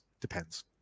depends